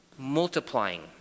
multiplying